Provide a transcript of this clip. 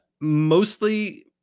mostly